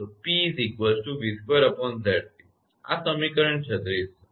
તો 𝑃 𝑉2𝑍𝑐 આ સમીકરણ છે 36 બરાબર